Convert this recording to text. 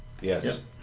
Yes